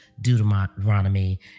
Deuteronomy